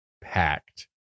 packed